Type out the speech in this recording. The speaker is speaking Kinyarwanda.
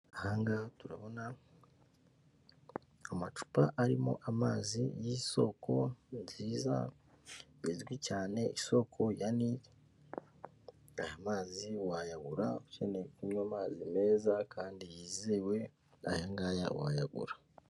Aha ngaha turabona amacupa arimo amazi y'isoko nziza, izwi cyane, isoko ya Nile. Aya mazi wayagura, ukeneye kunywa amazi meza kandi yizewe, aya ngaya wayagura.